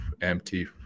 empty